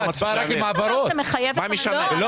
לא,